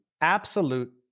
absolute